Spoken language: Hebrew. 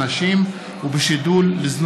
ואתה